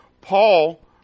Paul